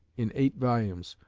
in eight volumes,